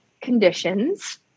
conditions